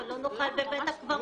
אבל לא נוכל בבית הקברות.